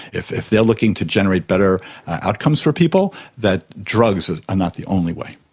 if if they are looking to generate better outcomes for people, that drugs are are not the only way.